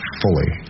fully